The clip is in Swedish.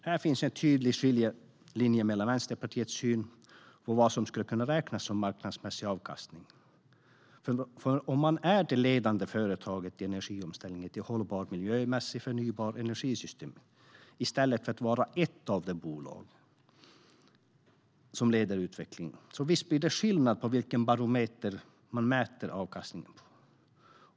Här finns en tydlig skiljelinje i Vänsterpartiets syn på vad som skulle kunna räknas som marknadsmässig avkastning. Det handlar om att vara det ledande företaget i omställningen till ett hållbart och miljömässigt förnybart energisystem i stället för att vara ett av de bolag som leder utvecklingen. Visst gör det skillnad vilken barometer man mäter avkastningen med.